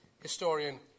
historian